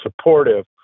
supportive